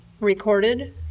Recorded